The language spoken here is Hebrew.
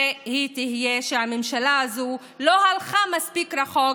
הרי היא תהיה שהממשלה הזו לא הלכה מספיק רחוק